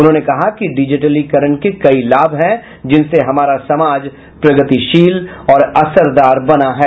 उन्होंने कहा कि डिजिटलीकरण के कई लाभ हैं जिनसे हमारा समाज प्रगतिशील और असरदार बना है